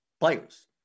players